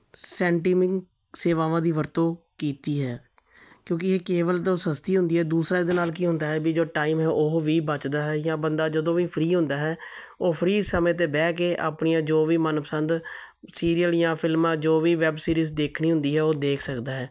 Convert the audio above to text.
ਸੈਂਟੀਮਿੰਗ ਸੇਵਾਵਾਂ ਦੀ ਵਰਤੋਂ ਕੀਤੀ ਹੈ ਕਿਉਂਕਿ ਇਹ ਕੇਬਲ ਤੋਂ ਸਸਤੀ ਹੁੰਦੀ ਹੈ ਦੂਸਰਾ ਇਸਦੇ ਨਾਲ ਕੀ ਹੁੰਦਾ ਹੈ ਵੀ ਜੋ ਟਾਈਮ ਹੈ ਉਹ ਵੀ ਬੱਚਦਾ ਹੈ ਜਾਂ ਬੰਦਾ ਜਦੋਂ ਵੀ ਫ੍ਰੀ ਹੁੰਦਾ ਹੈ ਉਹ ਫ੍ਰੀ ਸਮੇਂ 'ਤੇ ਬਹਿ ਕੇ ਆਪਣੀਆਂ ਜੋ ਵੀ ਮਨ ਪਸੰਦ ਸੀਰੀਅਲ ਜਾਂ ਫਿਲਮਾਂ ਜੋ ਵੀ ਵੈੱਬ ਸੀਰੀਜ਼ ਦੇਖਣੀ ਹੁੰਦੀ ਹੈ ਉਹ ਦੇਖ ਸਕਦਾ ਹੈ